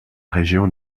région